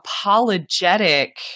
apologetic